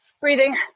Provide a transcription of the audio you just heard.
breathing